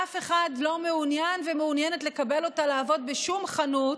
אף אחד לא מעוניין ומעוניינת לקבל אותה לעבוד בשום חנות,